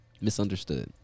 misunderstood